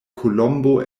kolombo